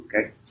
Okay